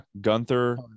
Gunther